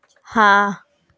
हाँ